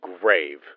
grave